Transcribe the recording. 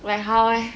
like how eh